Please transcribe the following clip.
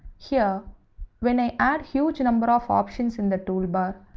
here when i add huge number of options in the toolbar,